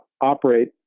operate